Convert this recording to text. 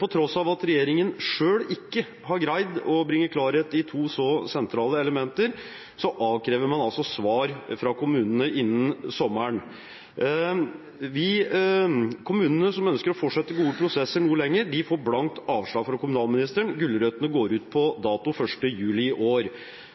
På tross av at regjeringen selv ikke har greid å bringe klarhet i to så sentrale elementer, avkrever man altså svar fra kommunene innen sommeren. Kommunene som ønsker å fortsette gode prosesser noe lenger, får blankt avslag fra kommunalministeren – gulrøttene går ut på dato 1. juli i år.